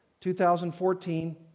2014